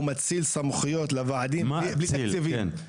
הוא מאציל סמכויות לוועדים ללא תקציבים,